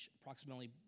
approximately